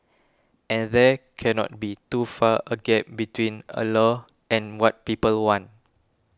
and there cannot be too far a gap between a law and what people want